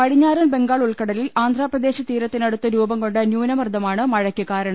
പടിഞ്ഞാ റൻ ബംഗാൾ ഉൾക്കടലിൽ ആന്ധ്രാപ്രദേശ് തീരത്തിനടുത്ത് രൂപം കൊണ്ട ന്യൂനമർദ്ദമാണ് മഴയ്ക്കു കാരണം